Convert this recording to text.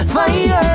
Fire